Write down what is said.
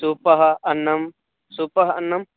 सूपः अन्नं सूपः अन्नं